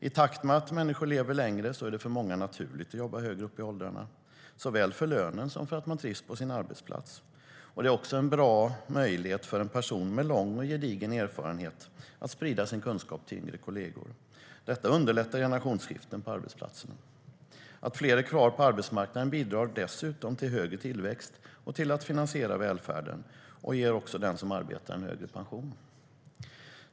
I takt med att människor lever längre är det för många naturligt att jobba högre upp i åldrarna, såväl för lönen som för att man trivs på sin arbetsplats. Det är också ett bra tillfälle för en person med lång och gedigen erfarenhet att sprida sin kunskap till yngre kolleger. Detta underlättar generationsskiften på arbetsplatsen. Att fler är kvar på arbetsmarknaden bidrar dessutom till högre tillväxt och till att finansiera välfärden. Det ger också den som arbetar en högre pension.